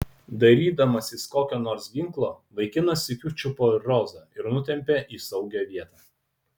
dairydamasis kokio nors ginklo vaikinas sykiu čiupo ir rozą ir nutempė į saugią vietą